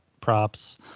props